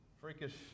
freakish